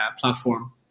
platform